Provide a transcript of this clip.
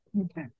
Okay